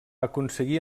aconseguir